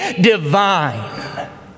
divine